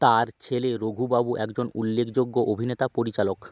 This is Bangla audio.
তার ছেলে রঘুবাবু একজন উল্লেখযোগ্য অভিনেতা পরিচালক